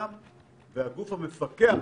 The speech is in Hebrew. זו עבירה פלילית.